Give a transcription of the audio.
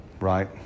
Right